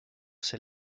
ses